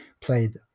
played